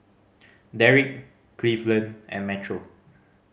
Derrick Cleveland and Metro